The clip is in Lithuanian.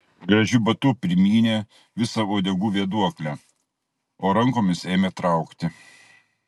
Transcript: gražiu batu primynė visą uodegų vėduoklę o rankomis ėmė traukti